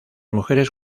mujeres